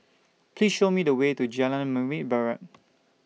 Please Show Me The Way to Jalan Membina Barat